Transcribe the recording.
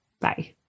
Bye